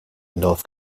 north